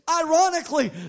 Ironically